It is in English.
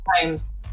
times